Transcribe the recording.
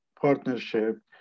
partnership